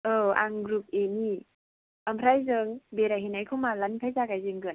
औ आं ग्रुप एनि ओमफ्राइ जों बेराय हैनायखौ मालानिफ्राय जागाय जेनगोन